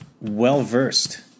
well-versed